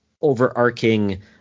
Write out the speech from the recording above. overarching